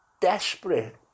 desperate